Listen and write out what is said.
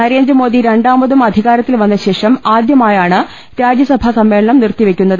നരേന്ദ്രമോദി രണ്ടാമതും അധികാരത്തിൽ വന്നശേഷം ആദ്യമായാണ് രാജ്യസഭാ സമ്മേളനം നിർത്തിവെ ക്കുന്നത്